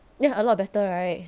ya a lot better right